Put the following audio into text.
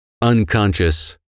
unconscious